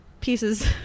pieces